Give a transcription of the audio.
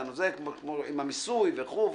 אתה זה כמו עם המיסוי וכולי,